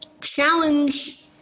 challenge